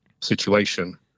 situation